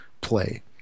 play